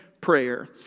prayer